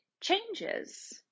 changes